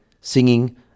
singing